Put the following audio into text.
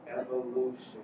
Evolution